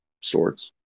sorts